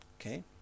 Okay